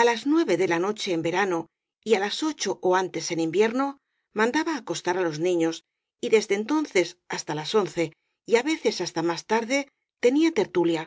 á las nueve de la noche en verano y á las ocho ó antes en invierno mandaba acostar á los niños y desde entonces hasta las once y á veces hasta más tarde tenía tertulia